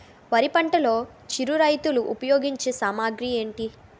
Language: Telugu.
వరి పంటలో చిరు రైతులు ఉపయోగించే సామాగ్రి ఏంటి?